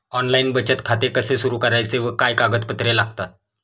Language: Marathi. ऑनलाइन बचत खाते कसे सुरू करायचे व काय कागदपत्रे लागतात?